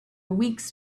weeks